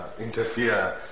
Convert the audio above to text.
interfere